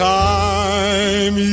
time